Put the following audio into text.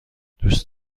دوست